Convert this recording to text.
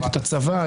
את הצבא,